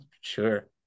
Sure